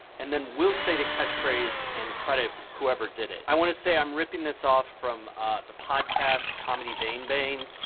and then we'll say the catchphrase and credit whoever did it. i want to say i'm ripping this off from the podcast comedy bang bang.